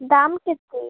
ଦାମ୍ କେତେ